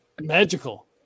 magical